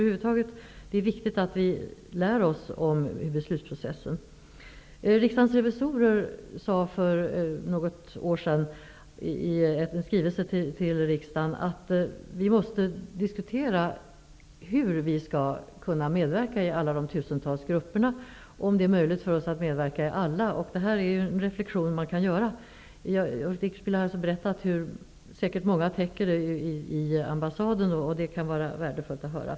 Över huvud taget är det viktigt att vi lär oss hur beslutsprocessen går till. Riksdagens revisorer sade för något år sedan i en skrivelse till riksdagen att vi måste diskutera hur vi skall kunna medverka i alla de tusentals grupperna, om det är möjligt för oss att medverka i alla. Detta är en reflexion som man kan göra. Ulf Dinkelspiel har alltså berättat att detta kommer att täckas från ambassaden, vilket kan vara värdefullt att höra.